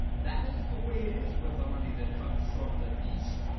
that is the way it is with the money that comes from the east.